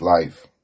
life